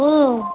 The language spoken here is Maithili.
हुँ